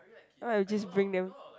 I'll just bring them